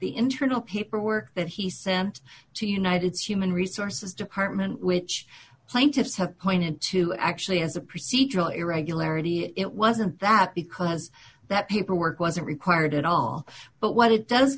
the internal paperwork that he sent to united's human resources department which plaintiffs have pointed to actually as a procedural irregularity it wasn't that because that paperwork wasn't required at all but what it does